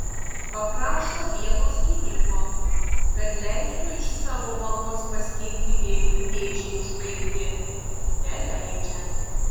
paprašo vieno skyniko kad leistų iš savo vagos paskinti gėlių dėžei užbaigti neleidžia